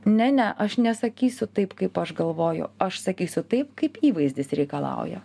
ne ne aš nesakysiu taip kaip aš galvoju aš sakysiu taip kaip įvaizdis reikalauja